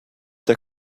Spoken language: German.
der